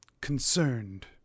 concerned